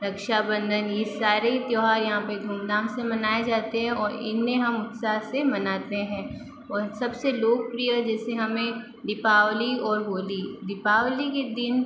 रक्षा बंधन ये सारे ही त्यौहार यहाँ पे धूम धाम से मनाए जाते हैं और इनमें हम उत्साह से मनाते हैं और सबसे लोकप्रिय जैसे हमें दीपावली और होली दीपावली के दिन